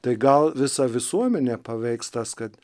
tai gal visą visuomenę paveiks tas kad